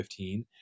2015